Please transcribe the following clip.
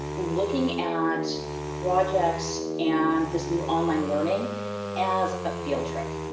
looking at projects, and this new online learning as a field trip.